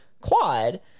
quad